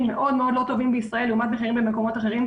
מאוד לא טובים בישראל לעומת מחירים במקומות אחרים,